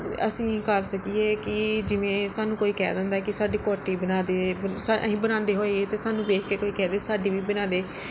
ਅਸੀਂ ਕਰ ਸਕੀਏ ਕਿ ਜਿਵੇਂ ਸਾਨੂੰ ਕੋਈ ਕਹਿ ਦਿੰਦਾ ਹੈ ਕਿ ਸਾਡੀ ਕੋਟੀ ਬਣਾ ਦੇ ਅਸੀਂ ਬਣਾਉਂਦੇ ਹੋਈਏ ਅਤੇ ਸਾਨੂੰ ਵੇਖ ਕੇ ਕੋਈ ਕਹਿ ਦੇ ਸਾਡੀ ਵੀ ਬਣਾ ਦੇ